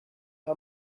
how